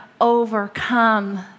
overcome